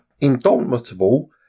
Indomitable